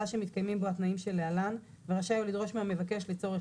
שמתקיימים בו התנאים שלהלן ורשאי הוא לדרוש מהמבקש לצורך